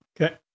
Okay